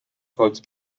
grote